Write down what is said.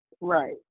right